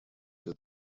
для